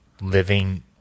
living